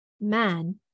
man